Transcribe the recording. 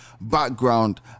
background